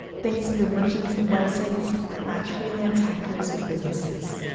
thanks to the merchants of websites that match freelance hackers with businesses.